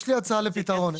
יש לי הצעה לפתרון.